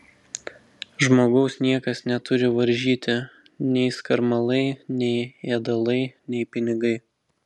žmogaus niekas neturi varžyti nei skarmalai nei ėdalai nei pinigai